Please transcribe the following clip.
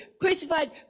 crucified